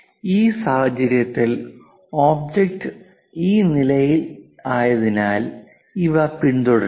ഈ സാഹചര്യത്തിൽ ഒബ്ജക്റ്റ് ഈ നിലയിലായതിനാൽ ഇവ പിന്തുടരുന്നു